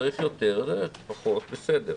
אם צריך יותר, או צריך פחות, בסדר.